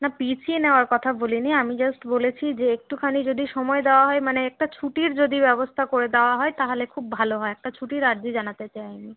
না পিছিয়ে নেওয়ার কথা বলিনি আমি জাস্ট বলেছি যে একটুখানি যদি সময় দেওয়া হয় মানে একটা ছুটির যদি ব্যবস্থা করে দেওয়া হয় তাহলে খুব ভালো হয় একটা ছুটির আর্জি জানাতে চাই আমি